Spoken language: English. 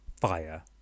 fire